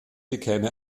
bekäme